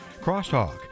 Crosstalk